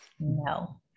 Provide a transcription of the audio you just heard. no